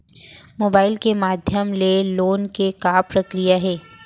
Mobile के माधयम ले लोन के का प्रक्रिया हे?